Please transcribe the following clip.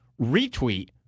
retweet